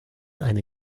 eine